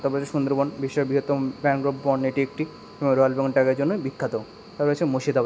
তারপরে হচ্ছে সুন্দরবন বিশ্বের বিহত্তম ম্যানগ্রোভ বন এটা একটি এবং রয়েল বেঙ্গল টাইগারের জন্য বিখ্যাত এবার হচ্ছে মুর্শিদাবাদ